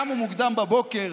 קמו מוקדם בבוקר,